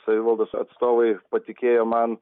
savivaldos atstovai patikėjo man